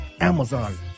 Amazon